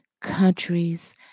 countries